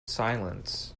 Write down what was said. silence